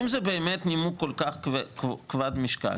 אם זה באמת נימוק כל כך כבד משקל,